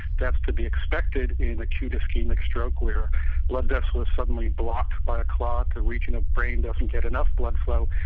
that's to be expected in acute ischaemic stroke where blood vessels are suddenly blocked by a clot, a region of brain doesn't get enough blood flow,